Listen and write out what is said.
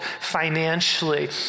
financially